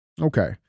Okay